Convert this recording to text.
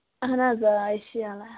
اَہَن حظ آ یہِ چھُ یلہٕ